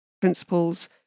principles